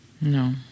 No